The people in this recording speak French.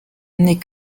n’est